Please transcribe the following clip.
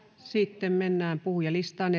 sitten mennään puhujalistaan